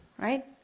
right